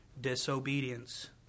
disobedience